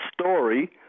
story